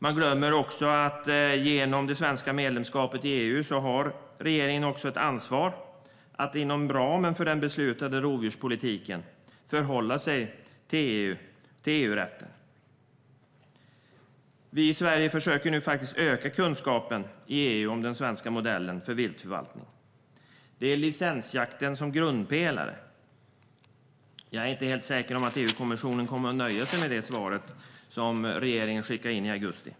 Man glömmer också att genom det svenska medlemskapet i EU har regeringen också ett ansvar att inom ramen för den beslutade rovdjurspolitiken förhålla sig till EU-rätten. Vi i Sverige försöker nu öka kunskapen i EU om den svenska modellen för viltförvaltningen med licensjakten som grundpelare. Jag är inte helt säker på att EU-kommissionen att nöja sig med det svar som regeringen skickade in i augusti.